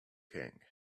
king